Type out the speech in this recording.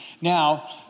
Now